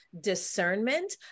discernment